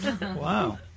Wow